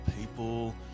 people